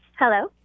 Hello